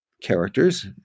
characters